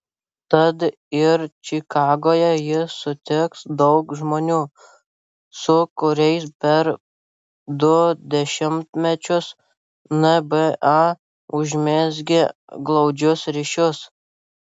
tad ir čikagoje jis sutiks daug žmonių su kuriais per du dešimtmečius nba užmezgė glaudžius ryšius